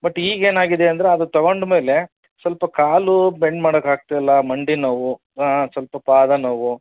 but ಈಗ ಏನಾಗಿದೆ ಅಂದರೆ ಅದು ತೊಗೊಂಡ ಮೇಲೆ ಸ್ವಲ್ಪ ಕಾಲು ಬೆಂಡ್ ಮಾಡೋಕಾಗ್ತಾ ಇಲ್ಲ ಮಂಡಿ ನೋವು ಸ್ವಲ್ಪ ಪಾದ ನೋವು